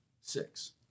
six